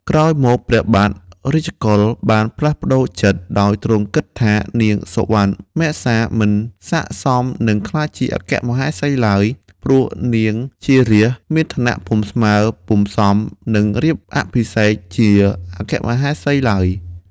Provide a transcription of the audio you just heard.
ក្រោយមក ព្រះបាទរាជកុល បានផ្លាស់ប្ដូរចិត្ត ដោយទ្រង់គិតថា នាងសុវណ្ណមសា មិនសមនឹងក្លាយជាអគ្គមហេសីឡើយ ព្រោះនាងជារាស្ត្រ មានឋានៈពុំស្មើ ពុំសមនឹងរៀបអភិសេកជាអគ្គមហេសីឡើយ។